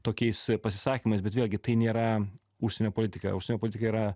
tokiais pasisakymais bet vėlgi tai nėra užsienio politika užsienio politika yra